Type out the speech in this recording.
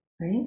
Right